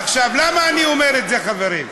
עכשיו, למה אני אומר את זה, חברים?